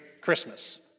Christmas